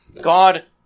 God